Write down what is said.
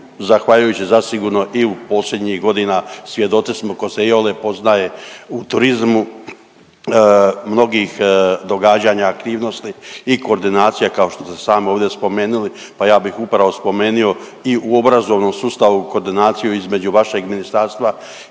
zahvaljujući zasigurno i u posljednjih godina svjedoci smo tko se iole poznaje u turizmu, mnogih događanja, aktivnosti i koordinacija kao što ste sama ovdje spomenuli pa ja bih upravo spomenuo i u obrazovnom sustavu, koordinaciju između vašeg ministarstva i ministarstva